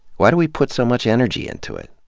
why do we put so much energy into it?